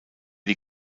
die